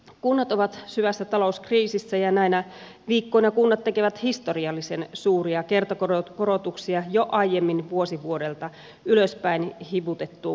kunnat ovat syvässä talouskriisissä ja näinä viikkoina kunnat tekevät historiallisen suuria kertakorotuksia jo aiemmin vuosi vuodelta ylöspäin hivutettuun kuntaveroon